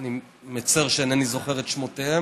שאני מצר על שאינני זוכר את שמותיהם,